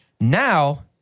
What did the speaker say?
now